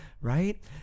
Right